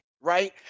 right